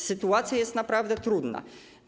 Sytuacja jest naprawdę trudna.